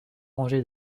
rangées